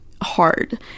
hard